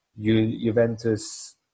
Juventus